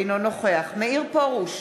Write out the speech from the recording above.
אינו נוכח מאיר פרוש,